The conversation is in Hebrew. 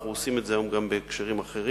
אנחנו עושים את זה היום גם בהקשרים אחרים,